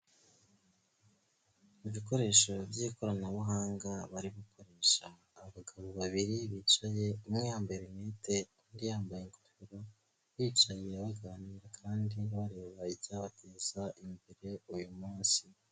Ibikoresho by'ikoranabuhanga bari gukoresha, abagabo babiri bicaye umwe yambaye rinete, undi yambaye ingofero, biyicariye baganira kandi bareba icyabateza imbere uyu munsi.